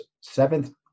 seventh